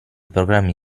programmi